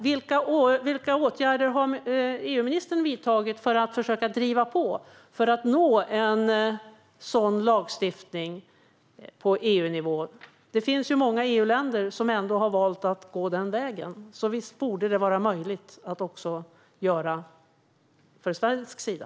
Vilka åtgärder har EU-ministern vidtagit för att försöka driva på för att nå en sådan lagstiftning på EU-nivå? Det finns ju många EU-länder som ändå har valt att gå den vägen, så visst borde det vara möjligt att göra också från svensk sida.